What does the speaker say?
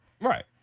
Right